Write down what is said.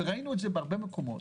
וראינו את זה בהרבה מקומות,